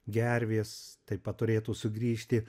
gervės taip pat turėtų sugrįžti